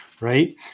right